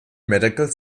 medical